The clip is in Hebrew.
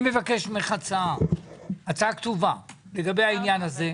אני מבקש ממך הצעה כתובה בעניין הזה.